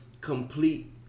complete